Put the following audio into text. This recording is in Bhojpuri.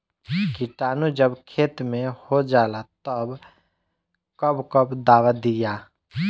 किटानु जब खेत मे होजाला तब कब कब दावा दिया?